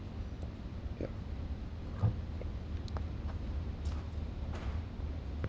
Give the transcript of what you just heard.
yup